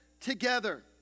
together